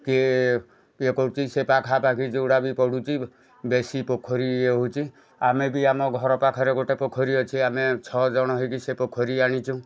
କିଏ ଇଏ କରୁଚି ସେ ପାଖାପାଖି ଯେଉଁଟା ବି ପଡ଼ୁଛି ବେଶୀ ପୋଖରୀ ଇଏ ହେଉଛି ଆମେ ବି ଆମ ଘର ପାଖେରେ ଗୋଟେ ପୋଖରୀ ଅଛି ଆମେ ଛଅ ଜଣ ହେଇକି ସେ ପୋଖରୀ ଆଣିଛୁ